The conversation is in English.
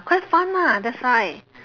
quite fun lah that's why